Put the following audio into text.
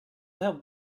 helped